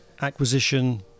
acquisition